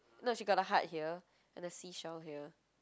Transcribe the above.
no she got a heart here and a sea shell here